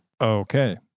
Okay